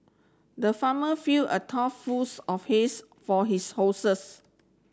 the farmer fill a tough fulls of for his horses